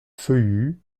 feuillus